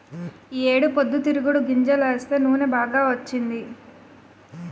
ఈ ఏడు పొద్దుతిరుగుడు గింజలేస్తే నూనె బాగా వచ్చింది